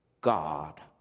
God